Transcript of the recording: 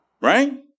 Right